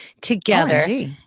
Together